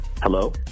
Hello